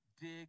dig